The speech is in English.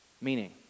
Meaning